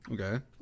Okay